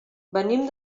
venim